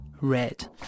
red